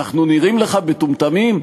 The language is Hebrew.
אנחנו נראים לך מטומטמים?